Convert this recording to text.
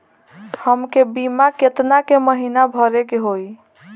हमके बीमा केतना के महीना भरे के होई?